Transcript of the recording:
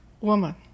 Woman